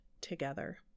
together